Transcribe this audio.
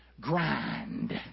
Grind